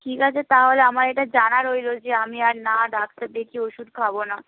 ঠিক আছে তাহলে আমার এইটা জানা রইল যে আমি আর না ডাক্তার দেখিয়ে ওষুধ খাব না